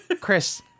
Chris